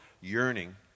yearning